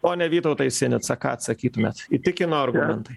pone vytautai sinica ką atsakytumėt įtikino argumentai